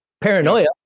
Paranoia